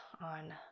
on